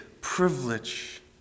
privilege